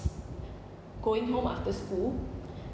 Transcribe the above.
going home after school